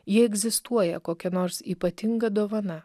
jei egzistuoja kokia nors ypatinga dovana